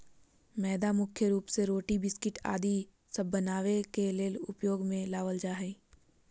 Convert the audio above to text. मैदा मुख्य रूप से रोटी, बिस्किट आदि सब बनावे ले उपयोग मे लावल जा हय